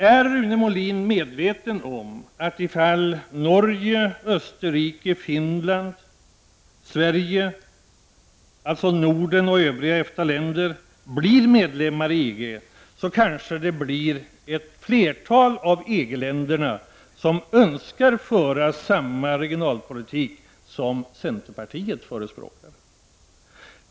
Är Rune Molin medveten om att ifall Norge, Österrike, Finland, Sverige — alltså Norden och övriga EFTA-länder — blir medlemmar i EG, så kanske önskar ett flertal EG-länder föra sådan regionalpolitik som centerpartiet förespråkar?